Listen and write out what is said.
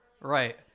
Right